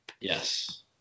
Yes